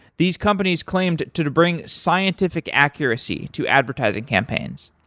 these companies claimed to to bring scientific accuracy to advertising campaigns.